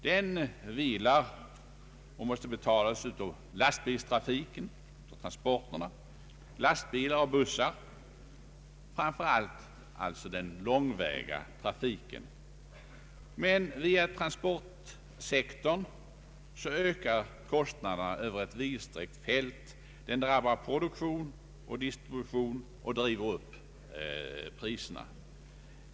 Den vilar på och måste betalas av lastbilsoch busstrafiken, framför allt den långväga trafiken. Men via transportsektorn ökar den kostnaderna över ett vidsträckt fält. Den drabbar produktion och distribution och driver upp priserna.